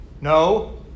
No